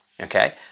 okay